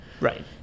Right